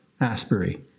Asbury